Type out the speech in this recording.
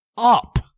up